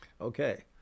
Okay